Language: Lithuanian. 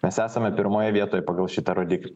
mes esame pirmoje vietoje pagal šitą rodiklį